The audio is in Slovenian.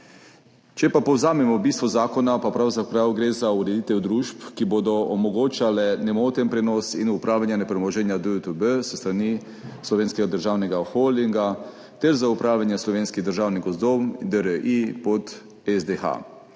Če pa povzamemo bistvo zakona, pa pravzaprav gre za ureditev družb, ki bodo omogočale nemoten prenos in upravljanja premoženja DUTB s strani Slovenskega državnega holdinga, ter za upravljanje Slovenskih državnih gozdov DRI pod SDH.